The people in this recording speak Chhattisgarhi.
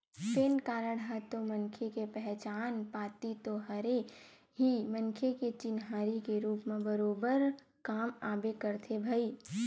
पेन कारड ह तो मनखे के पहचान पाती तो हरे ही मनखे के चिन्हारी के रुप म बरोबर काम आबे करथे भई